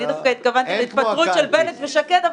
אני דווקא התכוונתי להתפטרות של בנט ושקד.